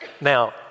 Now